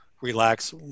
relax